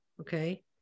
okay